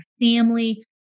family